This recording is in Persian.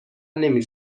نمی